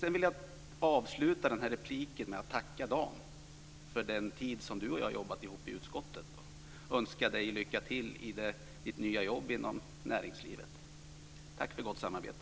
Jag vill avsluta den här repliken med att tacka Dan för den tid som du och jag har jobbat ihop i utskottet och önska dig lycka till i ditt nya jobb i näringslivet. Tack för gott samarbete!